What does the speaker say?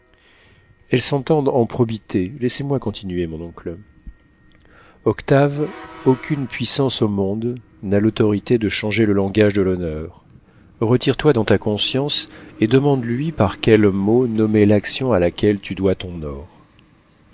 elles s'entendent en probité laissez-moi continuer mon oncle octave aucune puissance au monde n'a l'autorité de changer le langage de l'honneur retire-toi dans ta conscience et demande-lui par quel mot nommer l'action à laquelle tu dois ton or